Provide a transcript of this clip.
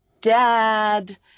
dad